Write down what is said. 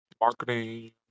marketing